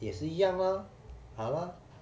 也是一样啊 ha lor